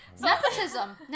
Nepotism